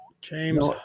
James